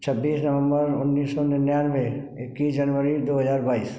छब्बीस नवंबर उन्नीस सौ निन्यानवे इक्कीस जनवरी दो हजार बाईस